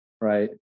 Right